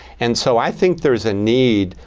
and so i think there is a need,